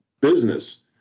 business